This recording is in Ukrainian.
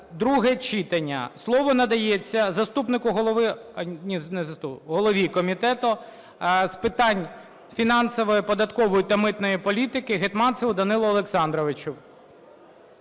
(друге читання). Слово надається заступнику голови, голові Комітету з питань фінансової, податкової та митної політики Гетманцеву Данилу Олександровичу.